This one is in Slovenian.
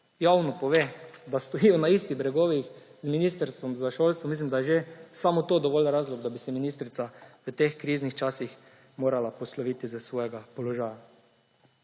javno pove, da ne stojijo na istih bregovih z ministrstvom za šolstvo, mislim, da je že samo to dovoljšen razlog, da bi se ministrica v teh kriznih časih morala posloviti od svojega položaja.